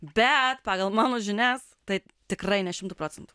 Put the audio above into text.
bet pagal mano žinias tai tikrai ne šimtu procentų